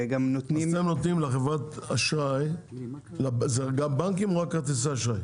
אז אתם נותנים לחברת האשראי זה גם בנקים או רק כרטיסי אשראי?